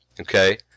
Okay